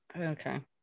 Okay